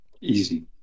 easy